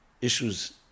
issues